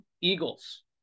Eagles